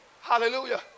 Hallelujah